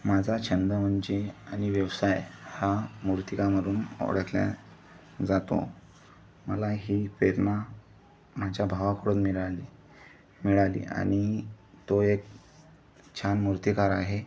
माझा छंद म्हणजे आणि व्यवसाय हा मूर्तिकामामधून ओळखला जातो मला ही प्रेरणा माझ्या भावाकडून मिळाली मिळाली आणि तो एक छान मूर्तिकार आहे